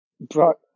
Brought